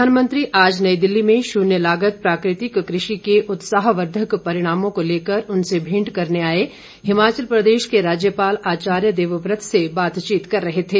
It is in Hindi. प्रधानमंत्री आज नई दिल्ली में शून्य लागत प्राकृतिक कृषि के उत्साहवर्धक परिणामों को लेकर उनसे भेंट करने आए हिमाचल प्रदेश के राज्यपाल आचार्य देवव्रत से बातचीत कर रहे थे